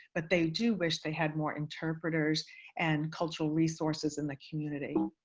but they do wish they had more interpreters and cultural resources in the community.